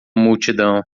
multidão